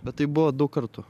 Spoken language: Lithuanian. bet tai buvo daug kartų